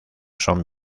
son